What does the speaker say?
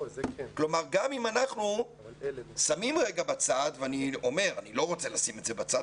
גם אם אנחנו שמים בצד ואני לא רוצה לשים את זה בצד,